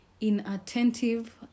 inattentive